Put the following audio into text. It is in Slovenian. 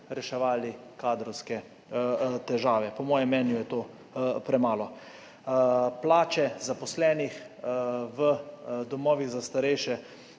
reševali kadrovske težave. Po mojem mnenju je to premalo. Plače zaposlenih v domovih za starejše